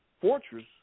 fortress